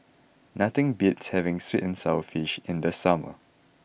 nothing beats having Sweet and Sour Fish in the summer